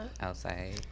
outside